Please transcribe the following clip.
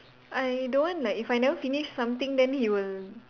I don't want like if I never finish something then he will